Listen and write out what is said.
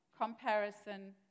comparison